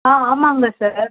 ஆ ஆமாம்ங்க சார்